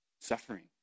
suffering